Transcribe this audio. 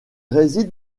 réside